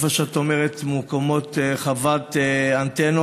במקום שאת אומרת שמוקמת בו חוות אנטנות.